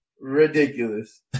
Ridiculous